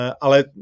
ale